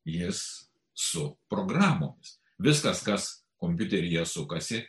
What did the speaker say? jis su programomis viskas kas kompiuteryje sukasi